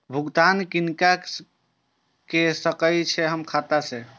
भुगतान किनका के सकै छी हम खाता से?